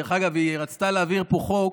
דרך אגב, היא רצתה להעביר פה חוק,